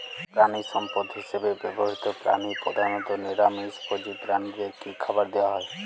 প্রাণিসম্পদ হিসেবে ব্যবহৃত প্রাণী প্রধানত নিরামিষ ভোজী প্রাণীদের কী খাবার দেয়া হয়?